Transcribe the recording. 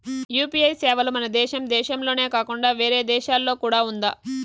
UPI సేవలు మన దేశం దేశంలోనే కాకుండా వేరే దేశాల్లో కూడా ఉందా?